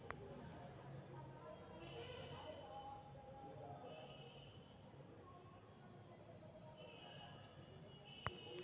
माल जाल ग्रामीण अर्थव्यवस्था के रीरह के हड्डी हई जेकरा कारणे छोट छोट किसान के आय उत्पन होइ छइ